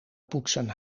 poetsen